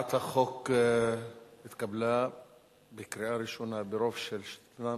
הצעת חוק התקשורת (בזק ושידורים)